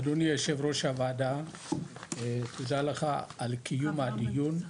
אדוני יו"ר הוועדה, תודה לך על קיום הדיון.